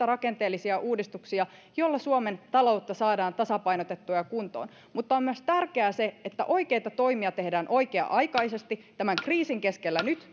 rakenteellisia uudistuksia joilla suomen taloutta saadaan tasapainotettua ja kuntoon mutta on myös tärkeää että oikeita toimia tehdään oikea aikaisesti nyt tämän kriisin keskellä